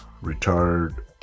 retired